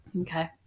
Okay